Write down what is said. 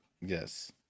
yes